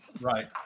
Right